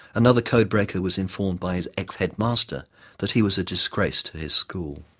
another codebreaker was informed by his ex-headmaster that he was a disgrace to his school.